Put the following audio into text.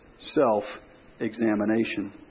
self-examination